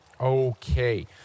Okay